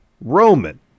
Roman